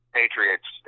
patriots